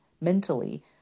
mentally